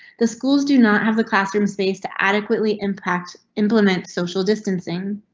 the schools do not have the classroom space to adequately impact, implement social distancing.